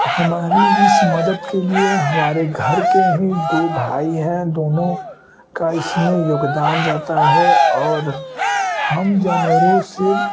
हमारी इस मदद के लिए हमारे घर के ही दो भाई हैं दोनों का इसमें योगदान रहता है और हम जानवरों से